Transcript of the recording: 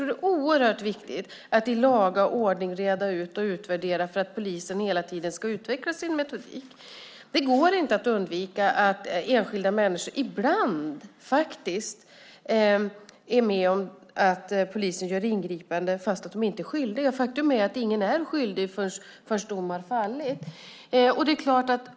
Det är oerhört viktig att i laga ordning reda ut och utvärdera för att polisen hela tiden ska utveckla sin metodik. Det går inte att undvika att enskilda människor ibland är med om att polisen gör ingripanden fastän de inte är skyldiga. Faktum är att ingen är skyldig förrän dom har fallit.